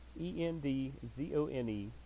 e-n-d-z-o-n-e